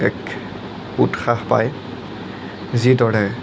এক উৎসাহ পাই যিদৰে